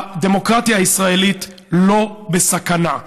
הדמוקרטיה הישראלית לא בסכנה.